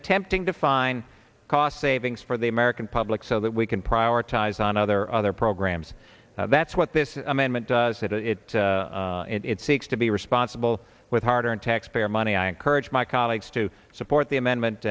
attempting to find cost savings for the american public so that we can prioritize on other other programs that's what this amendment is that it it seeks to be responsible with harder and taxpayer money i encourage my colleagues to support the amendment